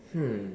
hmm